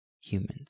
humans